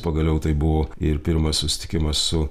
pagaliau tai buvo ir pirmas susitikimas su